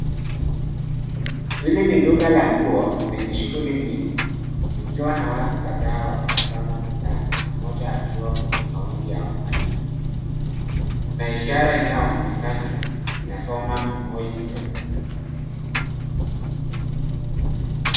Hili ni duka la nguo lenye shughuli nyingi likiwa na watu kadhaa wakitazama bidhaa na mmoja akiwa kwenye kaunta ya malipo. Kuna ishara inayoonekana inasoma men's section .